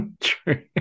True